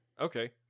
Okay